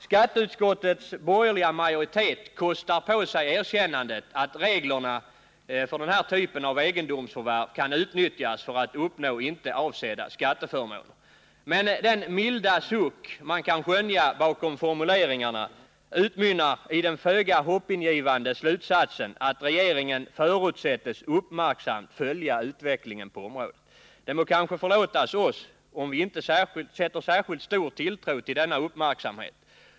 Skatteutskottets borgerliga majoritet kostar på sig erkännandet att reglerna för den här typen av egendomsförvärv kan utnyttjas för att uppnå inte avsedda skatteförmåner. Men den milda suck man kan skönja bakom formuleringarna utmynnar i den föga hoppingivande slutsatsen att regeringen förutsättes uppmärksamt följa utvecklingen på området. Det må kanske förlåtas oss om vi inte sätter särskilt stor tilltro till denna uppmärksamhet.